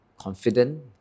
confident